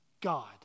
God